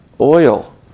oil